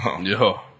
Yo